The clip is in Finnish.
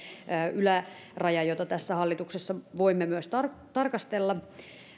yläraja jota tässä hallituksessa voimme myös tarkastella